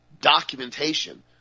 documentation